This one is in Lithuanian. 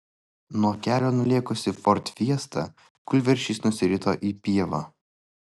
nuo kelio nulėkusi ford fiesta kūlversčiais nusirito į pievą